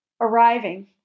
arriving